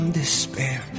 despair